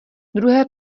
druhé